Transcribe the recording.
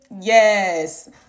yes